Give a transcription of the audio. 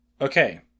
Okay